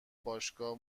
باشگاه